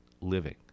living